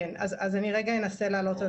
אני אנסה לענות.